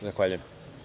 Zahvaljujem.